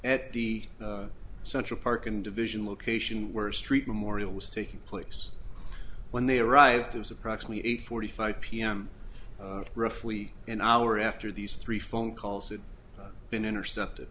at the central park and division location where street memorial was taking place when they arrived it was approximately eight forty five pm roughly an hour after these three phone calls had been intercepted